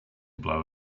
blow